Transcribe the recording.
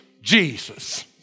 Jesus